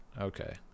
Okay